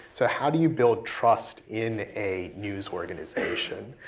so, how do you build trust in a news organization?